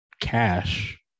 Cash